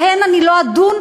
בהן אני לא אדון,